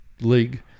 league